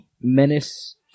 menace